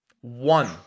One